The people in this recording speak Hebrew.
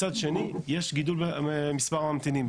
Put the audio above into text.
מצד שני, יש גידול במספר הממתינים.